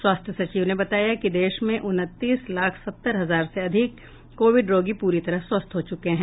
स्वास्थ्य सचिव ने बताया कि देश में उनतीस लाख सत्तर हजार से अधिक कोविड रोगी पूरी तरह स्वस्थ हो चुके हैं